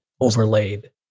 overlaid